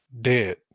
Dead